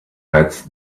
heads